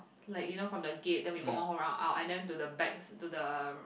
like you know from the gate then we walk one whole round out and then to the bags to the